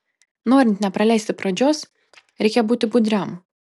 norint nepraleisti pradžios reikia būti budriam